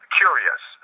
curious